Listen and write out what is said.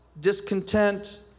discontent